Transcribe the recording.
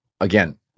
again